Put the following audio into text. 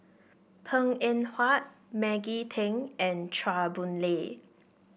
Png Eng Huat Maggie Teng and Chua Boon Lay